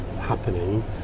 happening